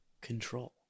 control